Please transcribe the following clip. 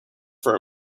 for